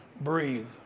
breathe